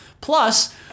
Plus